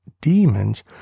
demons